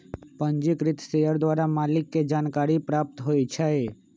पंजीकृत शेयर द्वारा मालिक के जानकारी प्राप्त होइ छइ